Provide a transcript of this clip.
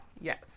Yes